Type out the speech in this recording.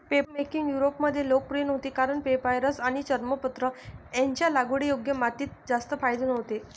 papermaking युरोपमध्ये लोकप्रिय नव्हती कारण पेपायरस आणि चर्मपत्र यांचे लागवडीयोग्य मातीत जास्त फायदे नव्हते